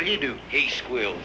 do you do a squeal